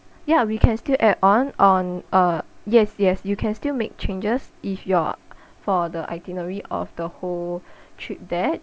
ya we can still add on on uh yes yes you can still make changes if you're for the itinerary of the whole trip there